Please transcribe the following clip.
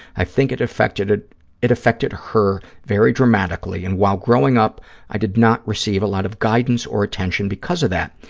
i think it affected ah it affected her very dramatically, and while growing up i did not receive a lot of guidance or attention because of that.